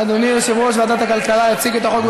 אדוני יושב-ראש ועדת הכלכלה יציג את החוק,